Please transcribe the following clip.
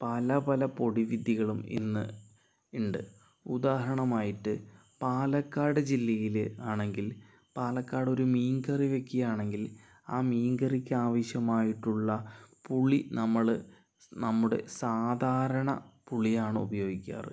പല പല പൊടി വിദ്യകളും ഇന്ന് ഉണ്ട് ഉദാഹരണമായിട്ട് പാലക്കാട് ജില്ലയില് ആണെങ്കിൽ പാലക്കാടൊരു മീൻകറി വെക്കുകയാണെങ്കിൽ ആ മീൻകറിക്കാവശ്യമായിട്ടുള്ള പുളി നമ്മള് നമ്മുടെ സാധാരണ പുളിയാണ് ഉപയോഗിക്കാറ്